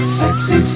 sexy